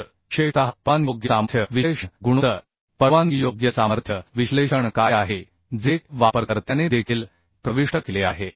तर विशेषतः परवानगीयोग्य सामर्थ्य विश्लेषण गुणोत्तर परवानगीयोग्य सामर्थ्य विश्लेषण काय आहे जे वापरकर्त्याने देखील प्रविष्ट केले आहे